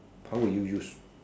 how would you use